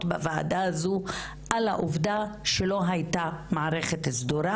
בוועדה הזו על העובדה שלא הייתה מערכת סדורה,